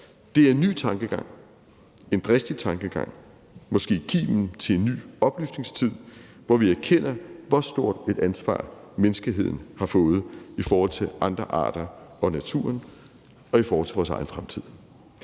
Det er en ny tankegang, en dristig tankegang – måske kimen til en ny oplysningstid, hvor vi erkender, hvor stort et ansvar menneskeheden har fået i forhold til andre arter og naturen og i forhold til vores egen fremtid.